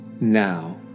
now